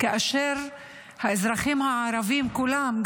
כאשר האזרחים הערבים כולם,